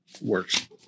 Works